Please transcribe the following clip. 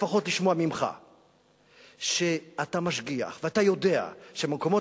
לפחות לשמוע ממך שאתה משגיח ואתה יודע שבמקומות